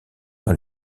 dans